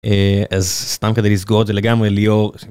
אז סתם כדי לסגור את זה לגמרי ליאור.